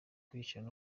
kwishyira